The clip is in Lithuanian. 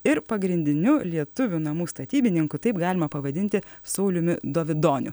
ir pagrindiniu lietuvių namų statybininku taip galima pavadinti sauliumi dovidoniu